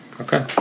okay